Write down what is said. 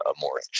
more